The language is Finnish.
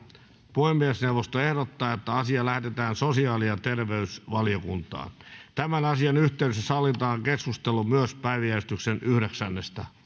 puhemiesneuvosto ehdottaa että asia lähetetään sosiaali ja terveysvaliokuntaan tämän asian yhteydessä sallitaan keskustelu myös päiväjärjestyksen yhdeksännestä